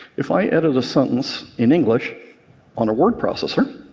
if i edit a sentence in english on a word processor,